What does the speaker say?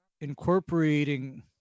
incorporating